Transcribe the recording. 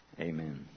Amen